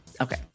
okay